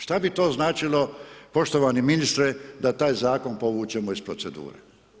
Šta bi to značilo poštovani ministre da taj zakon povučemo iz procedure?